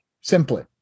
simply